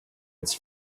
its